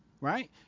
Right